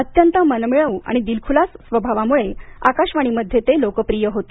अत्यंत मनमिळाऊ आणि दिलखुलास स्वभावामुळे आकाशवाणीमध्ये ते लोकप्रिय होते